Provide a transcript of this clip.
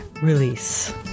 Release